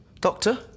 Doctor